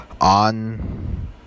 on